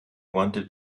wanted